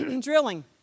drilling